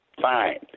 fine